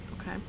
Okay